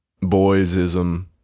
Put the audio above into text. boysism